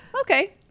okay